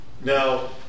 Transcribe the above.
Now